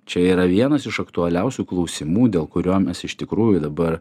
čia yra vienas iš aktualiausių klausimų dėl kurio mes iš tikrųjų dabar